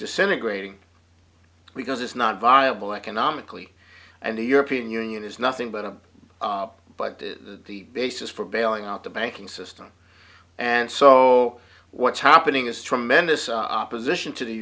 disintegrating because it's not viable economically and the european union is nothing but a buck to the basis for bailing out the banking system and so what's happening is tremendous opposition to the